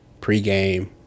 pregame